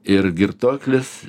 ir girtuoklis